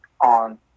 on